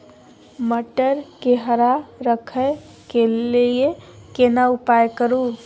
मटर के हरा रखय के लिए केना उपाय करू?